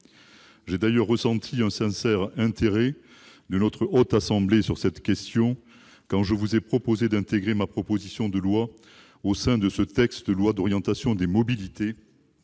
J'ai d'ailleurs ressenti un sincère intérêt de la Haute Assemblée sur cette question quand j'ai proposé d'intégrer ma proposition de loi au sein de ce texte de loi d'orientation des mobilités,